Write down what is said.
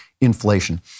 inflation